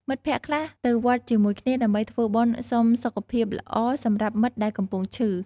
មិត្តភក្តិខ្លះទៅវត្តជាមួយគ្នា ដើម្បីធ្វើបុណ្យសុំសុខភាពល្អសម្រាប់មិត្តដែលកំពុងឈឺ។